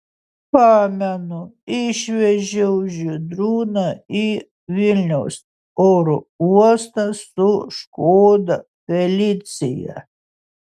pamenu išvežiau žydrūną į vilniaus oro uostą su škoda felicia